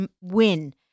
win